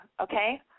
okay